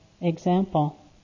example